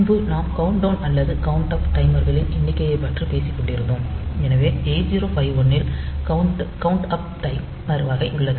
முன்பு நாம் கவுண்டவுன் அல்லது கவுண்அப் டைமர்களின் எண்ணிக்கையைப் பற்றி பேசிக் கொண்டிருந்தோம் எனவே 8051 இல் கவுண்அப் டைமர் வகை உள்ளது